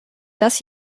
das